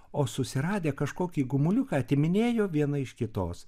o susiradę kažkokį gumuliuką atiminėjo viena iš kitos